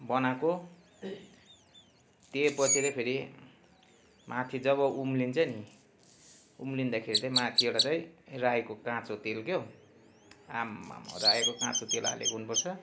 बनाएको त्यो पछाडि फेरि माथि जब उम्लिन्छ नि उम्लिँदाखेरि त्यही माथिबाट त्यही रायोको काँचो तेल के हो आम्माम् रायोको काँचो तेल हालेको हुनु पर्छ